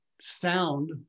sound